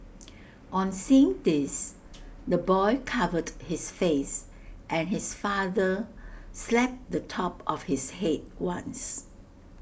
on seeing this the boy covered his face and his father slapped the top of his Head once